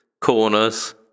corners